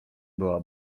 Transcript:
była